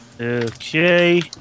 Okay